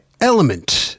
Element